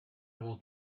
will